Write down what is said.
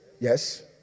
Yes